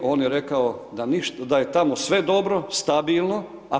On je rekao da je tamo sve dobro, stabilno.